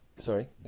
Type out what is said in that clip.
Sorry